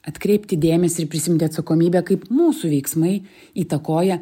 atkreipti dėmesį ir prisiimti atsakomybę kaip mūsų veiksmai įtakoja